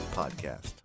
podcast